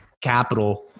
capital –